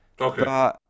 Okay